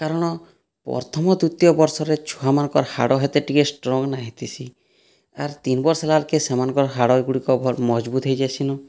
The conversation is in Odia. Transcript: କାରଣ ପ୍ରଥମ ଦୁତୀୟ ବର୍ଷରେ ଛୁଆମାନଙ୍କର ହାଡ଼ ହେତେ ଟିକେ ଷ୍ଟ୍ରଂ ନାହିଁ ହେଇଥିସି ଆର୍ ତିନ ବର୍ଷ ହେଲା ବେଳକେ ସେମାନଙ୍କ ହାଡ଼ ଗୁଡ଼ିକ ଭଲ ମଜଭୁତ ହୋଇଯାଇସିନ